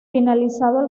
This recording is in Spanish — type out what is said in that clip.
finalizado